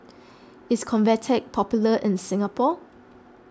is Convatec popular in Singapore